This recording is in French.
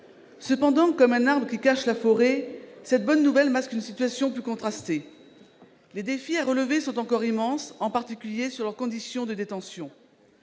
Cependant, comme un arbre qui cache la forêt, cette bonne nouvelle masque une situation plus contrastée. Les défis à relever sont encore immenses, en particulier pour ce qui concerne les conditions de détention